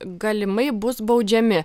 galimai bus baudžiami